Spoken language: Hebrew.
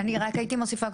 אני רק הייתי מוסיפה,